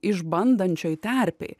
išbandančioj terpėj